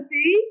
See